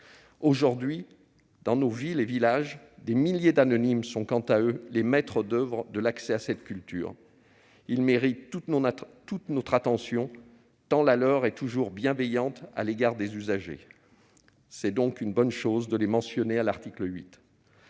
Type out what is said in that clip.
Aujourd'hui, dans nos villes et villages, des milliers d'anonymes sont quant à eux les maîtres d'oeuvre de l'accès à cette culture. Ils méritent toute notre attention, tant la leur est toujours bienveillante à l'égard des usagers. C'est donc une bonne chose de les mentionner à l'article 8.